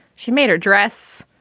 she made her dress.